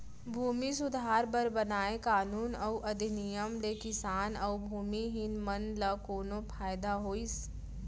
भूमि सुधार बर बनाए कानून अउ अधिनियम ले किसान अउ भूमिहीन मन ल कोनो फायदा होइस?